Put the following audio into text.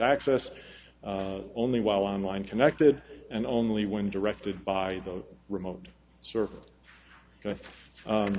access only while on line connected and only when directed by the remote server